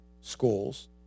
schools